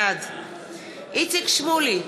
בעד איציק שמולי,